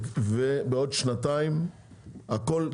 ובעוד שנתיים הכל,